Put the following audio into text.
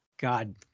God